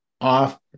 off